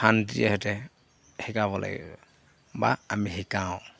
শান্তিৰে সৈতে শিকাব লাগিব বা আমি শিকাওঁ